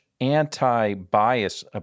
Anti-bias